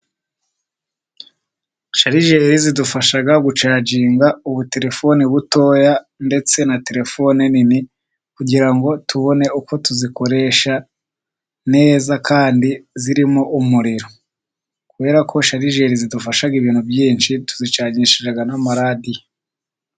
Sharigeri zidufasha gucagiga ubu telefone buto, ndetse na telefone nini, kugira ngo tubone uko tuzikoresha neza kandi zirimo umuriro, kubera ko sharigeri zidufasha ibintu byinshi, tuzicanishi n'amaradiyo.